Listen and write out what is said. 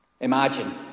Imagine